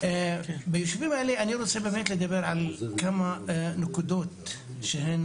אני רוצה לדבר על כמה נקודות שהן